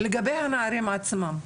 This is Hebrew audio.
לגבי הנערים עצמם,